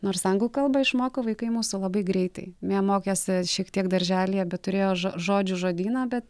nors anglų kalbą išmoko vaikai mūsų labai greitai jie mokėsi šiek tiek darželyje bet turėjo žo žodžių žodyną bet